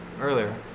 earlier